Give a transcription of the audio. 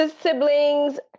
siblings